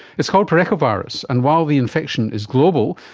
it's called parechovirus, and while the infection is global,